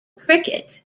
cricket